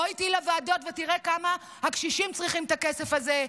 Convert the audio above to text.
בוא איתי לוועדות ותראה כמה הקשישים צריכים את הכסף הזה,